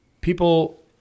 people